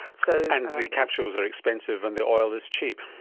so and the capsules are expensive and the oil is cheap.